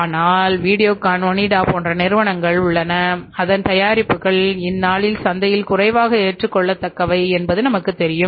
ஆனால் வீடியோகான் ஒனிடா போன்ற நிறுவனங்கள் உள்ளன அதன் தயாரிப்புகள்இந்தநாளில் சந்தையில் குறைவாக ஏற்றுக்கொள்ளத்தக்கவை என்பது நமக்குத் தெரியும்